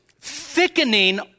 thickening